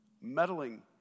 Meddling